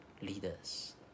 leaders